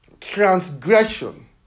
transgression